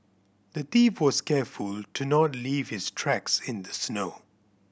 the thief was careful to not leave his tracks in the snow